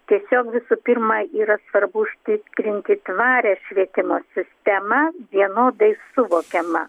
tiesiog visų pirma yra svarbu užtikrinti tvarią švietimo sistemą vienodai suvokiamą